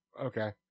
Okay